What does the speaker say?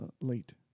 late